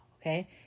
okay